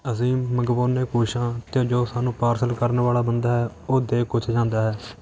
ਅਸੀਂ ਮੰਗਵਾਉਂਦੇ ਕੁਛ ਹਾਂ ਅਤੇ ਜੋ ਸਾਨੂੰ ਪਾਰਸਲ ਕਰਨ ਵਾਲਾ ਬੰਦਾ ਹੈ ਉਹ ਦੇ ਕੁਛ ਜਾਂਦਾ ਹੈ